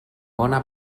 bona